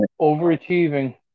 overachieving